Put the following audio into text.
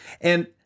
And-